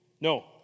No